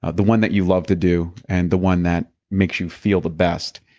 ah the one that you love to do, and the one that makes you feel the best,